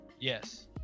Yes